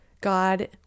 God